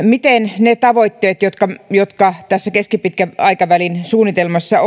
miten ne tavoitteet jotka jotka tässä keskipitkän aikavälin suunnitelmassa